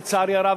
לצערי הרב,